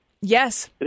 Yes